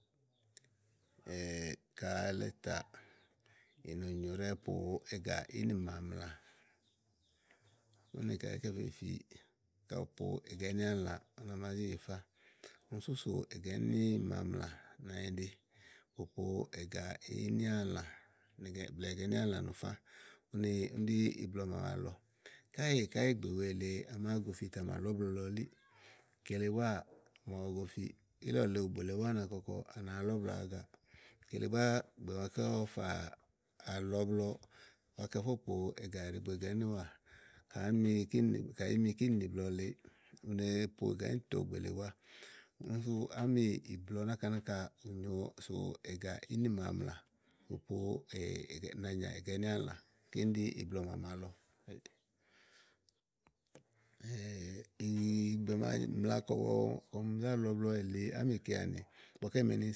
ka alɛ tàaà, ino nyo ɖɛ́ɛ́ po ègà ínìmàamlà, úni kayi ìí kɛ fè fiì, ka ù po ègà ínialã úni à màá zi yìifá. úni sú sò ègà ínìmàamlà nànyiɖe fò po ègà ínìàlà blɛ̀ɛ ègà ínìàlã nùfã úni ɖí iblɔ màa a malɔ. Káèè káyì ìgbè wèe lèe àmàáa go fi tè à mà lɔ̀ iblɔ lɔ elíì, kele búáá màa ɔwɔ gofi ílɔ lèe òbù le búá na kɔkɔ à nàáá lɔ iblɔ agagaà. kele búá ìgbè màa kè ɔwɔ fà àlɔ iblɔ ùwàánkɛ fó pòo ègàɖììgbo blɛ̀ɛ ègà ínìwà káyi èé mi kíni nìblɔ lèeè, u no po ègà íìntɔ gbèele búá. úni súù ámi ̀iblɔ náka náka gnòo so ègà inìmàamlà fò ko èè̀egànanìàègà ínìàlã, kíni ɖí iblɔ màa à ma lɔ. ìyì, ìgbè màa mla kɔm zà lɔ iblɔ ɖìi ámìkeanì ígbɔké e me ni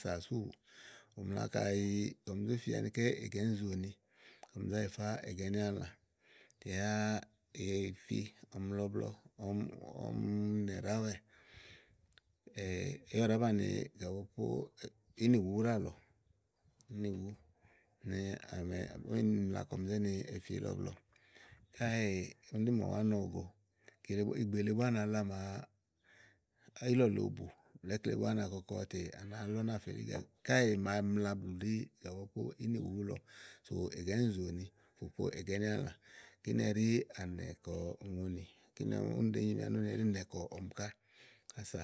sà súù ù mla kayi kɔm zé fi anikɛ́ ègà íìnzòòni, kɔm zá yifá ègà ínìàlã tèyà ìfi ɔmi lɔ iblɔ, ɔmɔmi ɔmi nɛ ɖàáwɛ yá ù ɖàá banìi gàpopó ínìwú ɖálɔ̀ɔ, ínìwu nèe awèe úni mla kɔm zé ni ìfi lɔ iblɔ. Káèè úni ɖi màa ɔmi wànɔ òwo go kile búá, ìgbè le bùà na la màa ílɔ lèe òbù blɛ̀ɛ ikle búá na kɔkɔ tè à nàáá lɔ ú náa fè elíì gà káèè màa mla blù ɖí gàpòpò ínìwù lɔ. Sò ègà íìnzòòni fò po ègà ínìàlã, kíni ɛɖí à nɛ̀ kɔ ùŋonì, kíni ɛɖi ɔmi ɖòó bunyòo ni kini ɛɖí nɛ kɔ ɔmi ká ása.